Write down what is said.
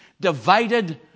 divided